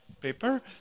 paper